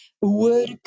work